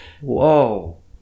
Whoa